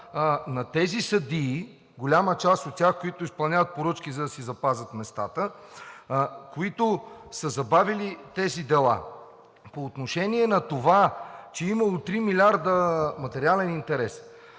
на тези съдии – голяма част от тях, които изпълняват поръчки, за да си запазят местата, които са забавили тези дела. По отношение на това, че имало три милиарда материален интерес,